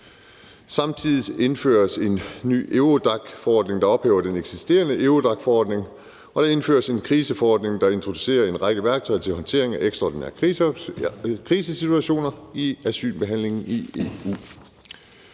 Samtidig indføres en ny Eurodac-forordning, der ophæver den eksisterende Eurodac-forordning, og der indføres en kriseforordning, der introducerer en række værktøjer til håndtering af ekstraordinære krisesituationer i asylbehandlingen i EU.